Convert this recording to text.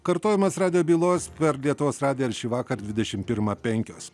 kartojimas radijo bylos per lietuvos radiją ir šįvakar dvidešim pirmą penkios